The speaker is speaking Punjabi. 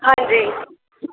ਹਾਂਜੀ